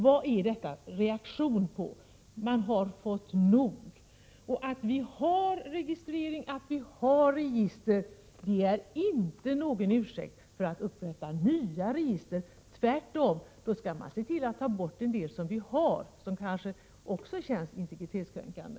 Vad är detta en reaktion på? Jo, man har fått nog! Att det redan finns registrering och att det redan finns register är ingen ursäkt för att man skall upprätta nya register! Tvärtom skall man se till att ta bort en del av de register vi redan har och som kanske också känns integritetskränkande.